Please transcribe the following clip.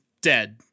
Dead